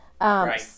Right